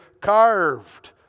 carved